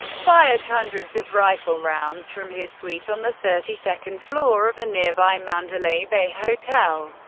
fired hundreds of rifle rounds from his suite on the thirty second floor of the nearby mandalay bay hotel.